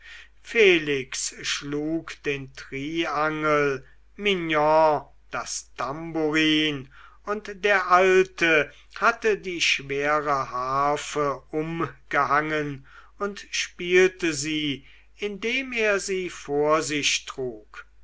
felix schlug den triangel mignon das tamburin und der alte hatte die schwere harfe umgehangen und spielte sie indem er sie vor sich trug